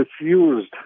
refused